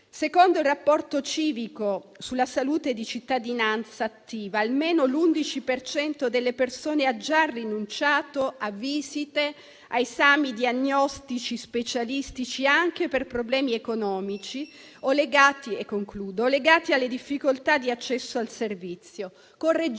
Secondo il rapporto civico sulla salute di Cittadinanzattiva, almeno l'11 per cento delle persone ha già rinunciato a visite e a esami diagnostici specialistici, anche per problemi economici o legati alle difficoltà di accesso al servizio, con Regioni